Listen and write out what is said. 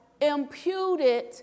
imputed